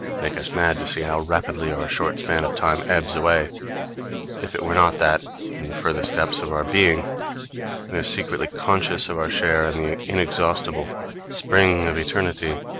make us mad to see how rapidly our short span of time ebbs away if it were not that in the furthest depths of our being we are secretly conscious of our share in the exhaustible spring of eternity,